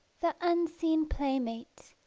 the unseen playmate